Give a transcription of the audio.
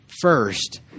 first